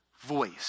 voice